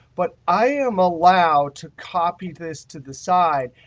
but i am allowed to copy this to the side.